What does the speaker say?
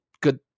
good